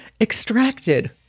extracted